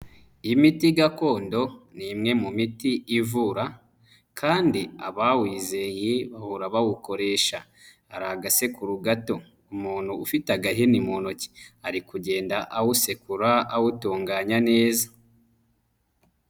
Imiti gakondo ni imwe mu miti ivura kandi abawizeye bahora bawukoresha, hari agasekuru gato, umuntu ufite agahini mu ntoki, ari kugenda awusekura awutunganya neza.